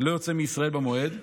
לא יוצא מישראל במועד.